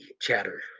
Chatter